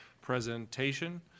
presentation